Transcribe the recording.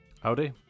Howdy